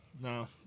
No